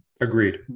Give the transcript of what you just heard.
Agreed